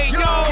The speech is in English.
yo